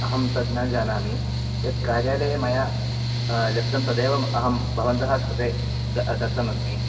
अहं तत् न जानामि यत् कार्यालये मया लब्धं तदेव अहं भवन्तः कृते दत्तमस्मि